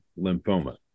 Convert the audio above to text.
lymphoma